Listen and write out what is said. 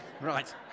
right